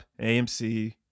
amc